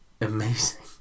amazing